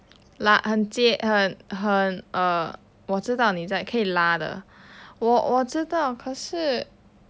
like 很很 um 我知道你在可以拉的我我知道可是:wo zhi dao ni zai ke yi lah de wo wo zhi dao ke shi